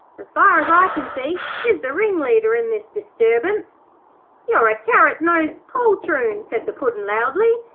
as far as i can see, he's the ringleader in this disturbance you're a carrot-nosed poltroon said the puddin' loudly.